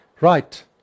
Right